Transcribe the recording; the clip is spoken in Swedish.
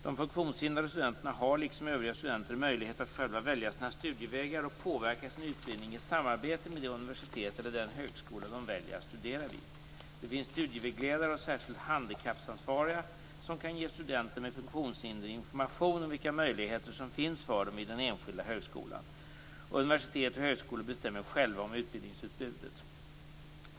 De funktionshindrade studenterna har, liksom övriga studenter, möjlighet att själva välja sina studievägar och påverka sin utbildning i samarbete med det universitet eller den högskola de väljer att studera vid. Det finns studievägledare och särskilda handikappansvariga som kan ge studenter med funktionshinder information om vilka möjligheter som finns för dem vid den enskilda högskolan. Universitet och högskolor bestämmer själva om utbildningsutbudet.